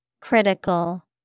Critical